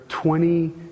twenty